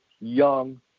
young